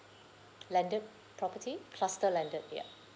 landed property cluster landed ya